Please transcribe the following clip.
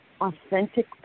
authentic